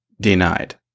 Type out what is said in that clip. denied